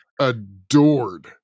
adored